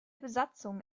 besatzung